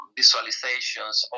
visualizations